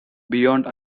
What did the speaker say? beyond